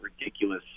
ridiculous